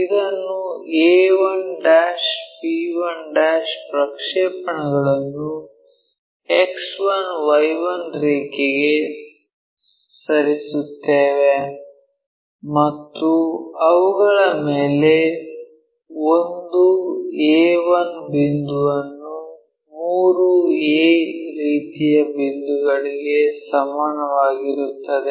ಇದನ್ನು a1 b1 ಪ್ರಕ್ಷೇಪಣಗಳನ್ನು X1 Y1 ರೇಖೆಗೆ ಸರಿಸುತ್ತೇವೆ ಮತ್ತು ಅವುಗಳ ಮೇಲೆ 1 a1 ಬಿಂದುವನ್ನು 3a ರೀತಿಯ ಬಿಂದುಗಳಿಗೆ ಸಮನಾಗಿರುತ್ತದೆ